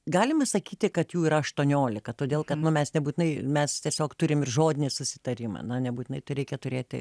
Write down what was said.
galima sakyti kad jų yra aštuoniolika todėl kad mes nebūtinai mes tiesiog turim ir žodinį susitarimą na nebūtinai tu reikia turėti